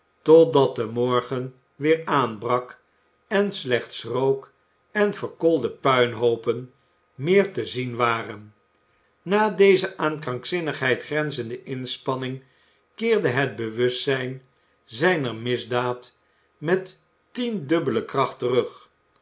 totdat de morgen weer aanbrak en slechts rook en verkoolde puinhoopen meer te zien waren na deze aan krankzinnigheid grenzende inspanning keerde het bewustzijn zijner misdaad met tiendubbele kracht terug